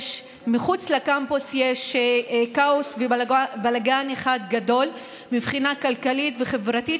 מחוץ לקמפוס יש כאוס ובלגן אחד גדול מבחינה כלכלית וחברתית,